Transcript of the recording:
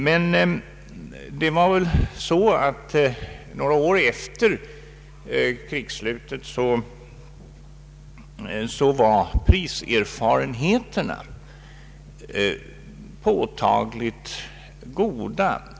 Men t.o.m. några år efter krigsslutet var priserfarenheterna påtagligt goda.